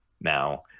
Now